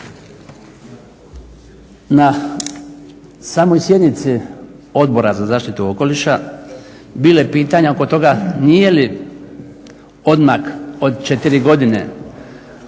Na samoj sjednici Odbora za zaštitu okoliša bilo je pitanja oko toga nije li odmak od 4 godine,